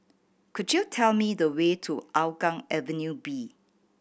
could you tell me the way to Hougang Avenue B